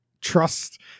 trust